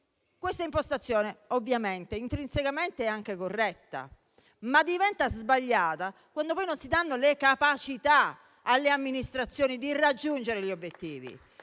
Questa impostazione, ovviamente, intrinsecamente è anche corretta, ma diventa sbagliata quando poi non si danno le capacità alle amministrazioni di raggiungere gli obiettivi